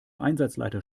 einsatzleiter